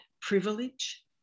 privilege